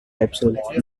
capsule